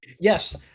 Yes